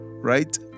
right